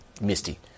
Misty